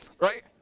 Right